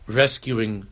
rescuing